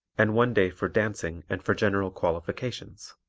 and one day for dancing and for general qualifications.